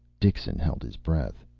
dixon held his breath.